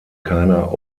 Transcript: keiner